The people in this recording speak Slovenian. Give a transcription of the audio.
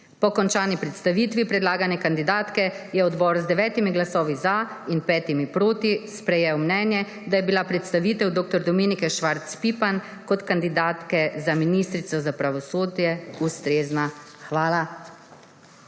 Po končani predstavitvi predlagane kandidatke je odbor z 9 glasovi za in 5 proti sprejel mnenje, da je bila predstavitev dr. Dominike Švarc Pipan kot kandidatke za ministrico za pravosodje ustrezna. Hvala.